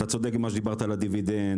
אתה צודק במה שאמרת על הדיבידנד,